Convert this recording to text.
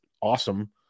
awesome